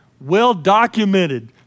well-documented